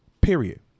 Period